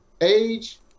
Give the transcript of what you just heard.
age